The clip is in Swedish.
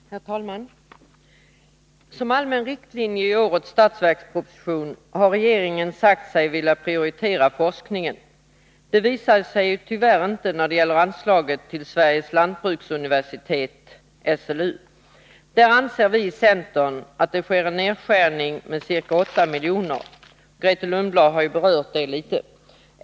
Herr talman! Som allmän riktlinje i årets budgetproposition har regeringen sagt sig vilja prioritera forskningen. Detta visar sig tyvärr inte när det gäller anslaget till Sveriges lantbruksuniversitet, SLU. Där anser vi i centern att det sker en nedskärning med ca 8 milj.kr. Grethe Lundblad har berört det litet.